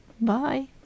Bye